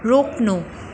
रोक्नु